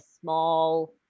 small